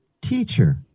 teacher